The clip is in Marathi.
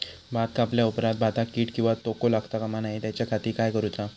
भात कापल्या ऑप्रात भाताक कीड किंवा तोको लगता काम नाय त्याच्या खाती काय करुचा?